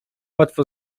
łatwo